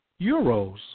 euros